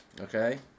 Okay